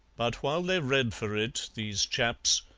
but while they read for it, these chaps,